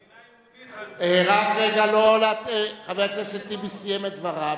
מדינה יהודית, חבר הכנסת טיבי סיים את דבריו.